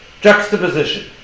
juxtaposition